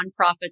nonprofits